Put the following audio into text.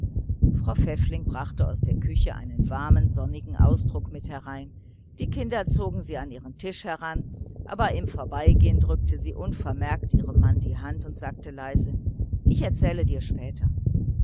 frau pfäffling brachte aus der kalten küche einen warmen sonnigen ausdruck mit herein die kinder zogen sie an ihren tisch heran aber im vorbeigehen drückte sie unvermerkt ihrem mann die hand und sagte leise ich erzähle dir später